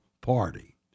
party